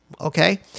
okay